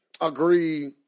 agree